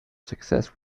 success